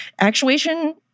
actuation